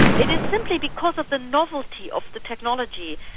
it is simply because of the novelty of the technology,